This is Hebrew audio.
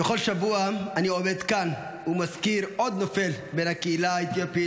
בכל שבוע אני עומד כאן ומזכיר עוד נופל בן הקהילה האתיופית,